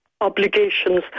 obligations